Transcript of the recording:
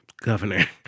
governor